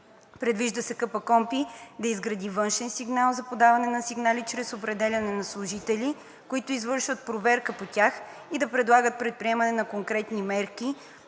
Предвижда се КПКОНПИ да изгради външен канал за подаване на сигнали чрез определяне на служители, които да извършват проверка по тях и да предлагат предприемане на конкретни мерки